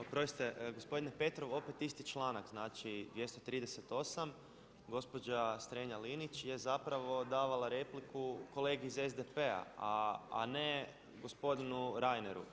Oprostite gospodine Petrov, opet isti članak, znači 238., gospođa Strenja-Linić je zapravo davala repliku kolegi iz SDP-a, a ne gospodinu Reineru.